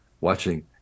watching